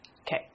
Okay